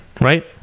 right